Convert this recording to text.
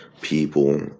people